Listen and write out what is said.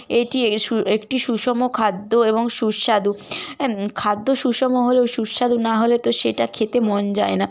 এটি একটি সুষম খাদ্য এবং সুস্বাদু খাদ্য সুষম হলেও সুস্বাদু না হলে তো সেটা খেতে মন যায় না